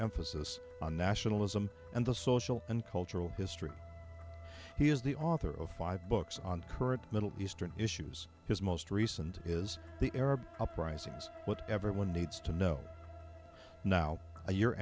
emphasis on nationalism and the social and cultural history he is the author of five books on current middle eastern issues his most recent is the arab uprisings what everyone needs to know now a year